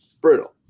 Brutal